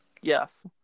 Yes